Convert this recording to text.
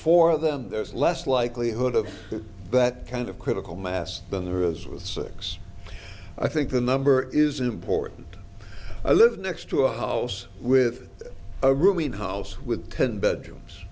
four of them there's less likelihood of that kind of critical mass than there as with six i think the number is important i live next to a house with a rooming house with ten bedrooms